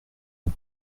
une